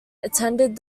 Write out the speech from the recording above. attended